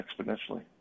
exponentially